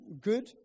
good